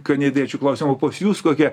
kanediečių klausiam o pas jus kokie